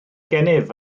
gennyf